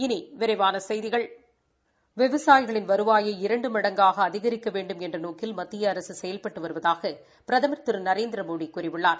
இனி விரிவான செய்திகள் விவசாயிகளின் வருவாயை இரண்டு மடங்காக அதிகிக்க வேண்டும் என்ற நோக்கில் மத்திய அரசு செயல்ப்டு வருவதாக பிரதமர் திரு நரேந்திரமோடி கூறியுள்ளார்